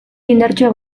indartsuak